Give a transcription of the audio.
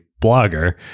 Blogger